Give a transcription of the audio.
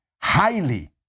Highly